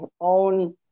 own